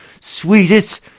sweetest